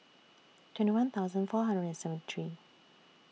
twenty one thousand four hundred and seventy three